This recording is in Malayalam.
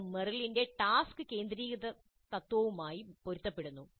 ഇത് മെറിലിന്റെ ടാസ്ക് കേന്ദ്രീകൃത തത്ത്വവുമായി പൊരുത്തപ്പെടുന്നു